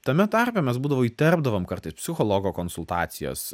tame tarpe mes būdavo įterpdavom kartais psichologo konsultacijas